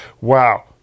wow